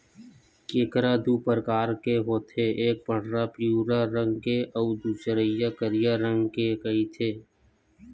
केंकरा दू परकार होथे एक पंडरा पिंवरा रंग के अउ दूसरइया करिया रंग के रहिथे